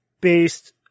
based